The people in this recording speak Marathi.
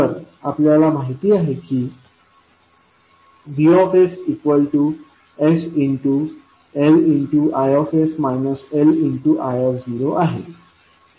तर आपल्याला माहित आहे की VssLIs Li0 आहे